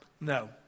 No